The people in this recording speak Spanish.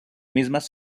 mismas